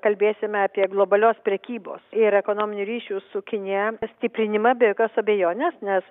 kalbėsime apie globalios prekybos ir ekonominių ryšių su kinija stiprinimą be jokios abejonės nes